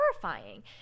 terrifying